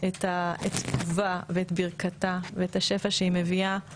את טובה ואת ברכתה, ואת השפע שהיא מביאה,